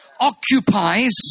occupies